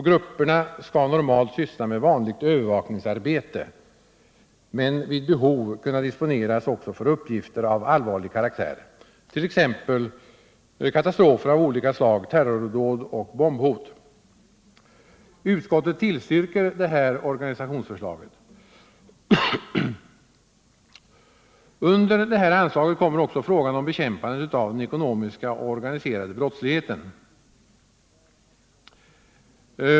Grupperna skall normalt syssla med vanligt övervakningsarbete men vid behov också kunna disponeras för uppgifter av allvarlig karaktär, t.ex. vid katastrofer av olika slag, terrordåd Under anslaget kommer också frågan om bekämpandet av den ekono Torsdagen den miska och organiserade brottsligheten.